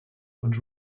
und